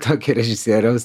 tokio režisieriaus